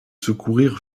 secourir